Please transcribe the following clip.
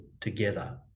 together